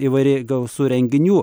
įvairiai gausu renginių